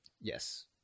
Yes